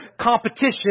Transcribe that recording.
competition